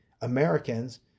Americans